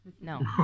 no